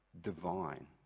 divine